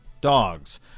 dogs